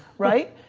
right.